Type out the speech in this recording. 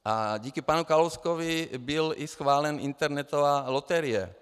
A díky panu Kalouskovi byla schválena i internetová loterie.